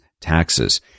taxes